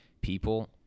people